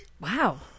Wow